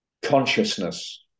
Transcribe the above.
Consciousness